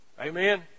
Amen